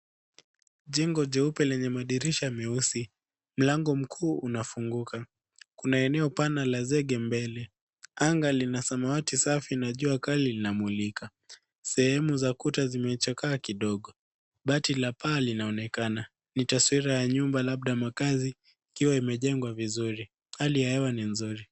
Jengo jeupe lenye madirisha meusi. Mlango mkuu unafunguka. Kuna eneo pana la zege mbele. Anga lina samawati safi na jua kali linamulika. Sehemu za kuta zimechakaa kidogo. Bati la paa linaonekana, ni taswira ya nyumba labda makaazi ikiwa imejengwa vizuri. Hali ya hewa ni nzuri.